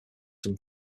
from